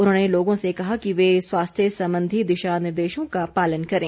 उन्होंने लोगों से कहा कि वे स्वास्थ्य संबंधी दिशानिर्देशों का पालन करें